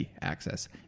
access